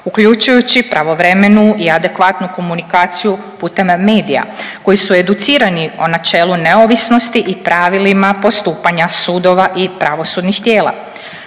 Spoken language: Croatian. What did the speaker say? uključujući pravovremenu i adekvatnu komunikaciju putem medija koji su educirani o načelu neovisnosti i pravilima postupanja sudova i pravosudnih tijela.